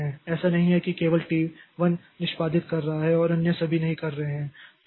ऐसा नहीं है कि केवल T1 निष्पादित कर रहा है और अन्य सभी नहीं कर रहे हैं